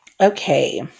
Okay